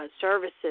services